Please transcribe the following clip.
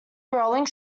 rolling